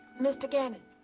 mr. gannon.